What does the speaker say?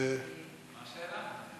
מה השאלה?